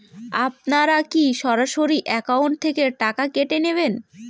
আপনারা কী সরাসরি একাউন্ট থেকে টাকা কেটে নেবেন?